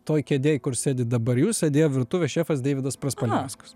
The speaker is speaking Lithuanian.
toj kėdėj kur sėdit dabar jūs sėdėjo virtuvės šefas deividas praspaliauskas